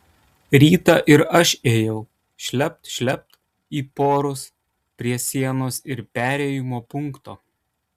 rytą ir aš ėjau šlept šlept į porus prie sienos ir perėjimo punkto